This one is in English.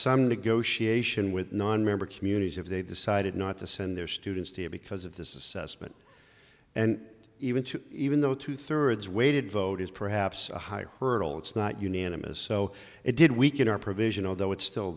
some negotiation with nonmember communities if they decided not to send their students here because if this is spent and even even though two thirds weighted vote is perhaps a higher hurdle it's not unanimous so it did weaken our provision although it's still